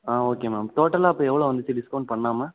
ஆ okay ma'am டோட்டலாக அப்போ எவ்வளோ வந்துச்சு டிஸ்கௌண்ட் பண்ணாமல்